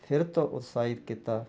ਫਿਰ ਤੋਂ ਉਤਸਾਹਿਤ ਕੀਤਾ